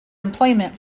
employment